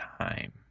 time